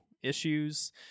issues